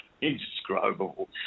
Indescribable